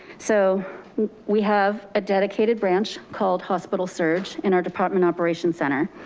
so we have a dedicated branch called hospital surge in our department operation center.